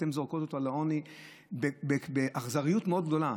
ואתם זורקים אותם לעוני באכזריות מאוד גדולה.